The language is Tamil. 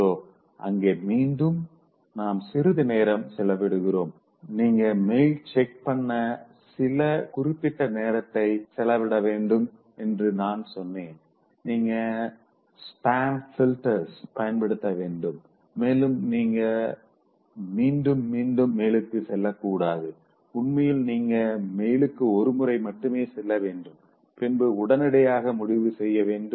சோ அங்கே மீண்டும் நாம் சிறிது நேரம் செலவிடுகிறோம் நீங்க மெயில் செக் பண்ண சில குறிப்பிட்ட நேரத்தை செலவிட வேண்டும் என்று நான் சொன்னேன் நீங்க ஸ்பேம் பில்டர்களை பயன்படுத்த வேண்டும் மேலும் நீங்கள் மீண்டும் மீண்டும் மெயிலுக்கு செல்லக்கூடாது உண்மையில் நீங்க மெயிலுக்கு ஒரு முறை மட்டுமே செல்ல வேண்டும் பின்பு உடனடியாக முடிவு செய்ய வேண்டும்